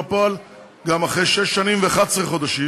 לפועל גם אחרי שש שנים ו-11 חודשים,